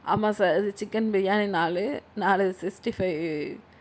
ஆமாம் சார் இது சிக்கன் பிரியாணி நாலு நாலு சிக்ஸ்ட்டி ஃபை